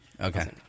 okay